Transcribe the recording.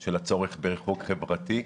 של הצורך בריחוק חברתי,